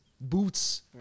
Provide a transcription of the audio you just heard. boots